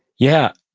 yeah.